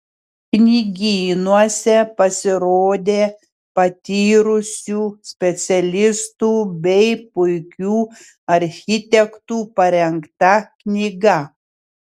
knygynuose pasirodė patyrusių specialistų bei puikių architektų parengta knyga